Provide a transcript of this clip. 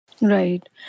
Right